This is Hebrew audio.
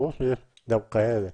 ברור שיש גם כאלה.